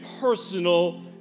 personal